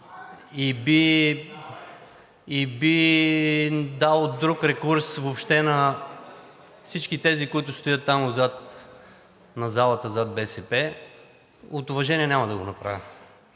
и би дало друг ракурс въобще на всички тези, които стоят там, отзад в залата, зад БСП. От уважение няма да го направя.